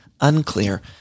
Unclear